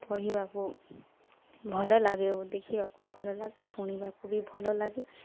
ପଢ଼ିବାକୁ ଭଲ ଲାଗେ ଓ ଦେଖିବାକୁ ଭଲ ଲାଗେ ଶୁଣିବାକୁ ବି ଭଲ ଲାଗେ